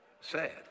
sad